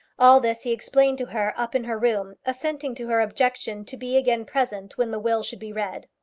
all this he explained to her up in her room, assenting to her objection to be again present when the will should be read.